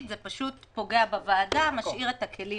כי זה פשוט פוגע בוועדה ומשאיר את הכלים